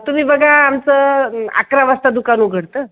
तुम्ही बघा आमचं अकरा वाजता दुकान उघडतं